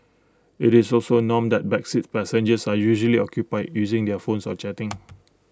IT is also A norm that back seat passengers are usually occupied using their phones or chatting